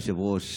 היושב-ראש,